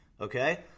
okay